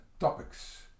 topics